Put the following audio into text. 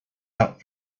out